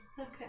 Okay